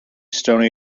stone